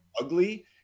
ugly